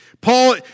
Paul